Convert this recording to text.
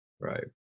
Right